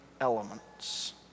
elements